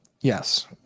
Yes